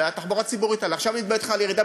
התחבורה הציבורית עלתה,